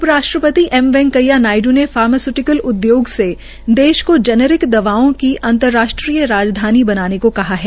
उप राष्ट्रपति एम वेंकैया नायड्र ने फॉर्मास्य्टिकल उदयोग से देश में जेनरिक दवाओं की अंतर्राष्टीय राजधानी बनाने को कहा है